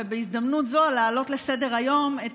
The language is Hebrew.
ובהזדמנות זו להעלות לסדר-היום את